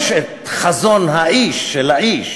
חזון איש.